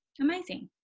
amazing